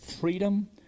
freedom